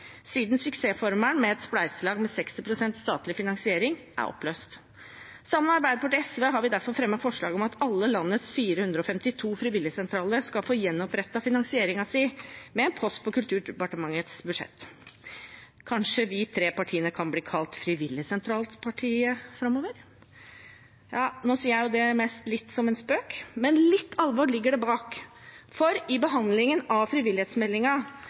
siden suksessformelen om et spleiselag med 60 pst. statlig finansiering er oppløst. Sammen med Arbeiderpartiet og SV har vi derfor fremmet forslag om at alle landets 455 frivilligsentraler skal få gjenopprettet finansieringen sin med en post på Kulturdepartementets budsjett. Kanskje vi tre partiene kan bli kalt frivilligsentralpartier framover? Jeg sier det mest som en spøk, men litt alvor ligger bak, for i behandlingen av